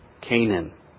Canaan